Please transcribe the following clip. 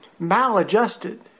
Maladjusted